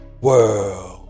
world